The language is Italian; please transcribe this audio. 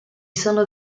sono